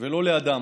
ולא לאדם.